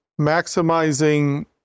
maximizing